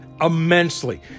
immensely